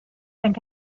and